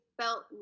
felt